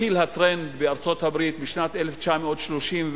שכשהתחיל הטרנד בארצות-הברית בשנת 1937,